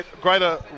greater